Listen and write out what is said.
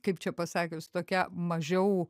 kaip čia pasakius tokia mažiau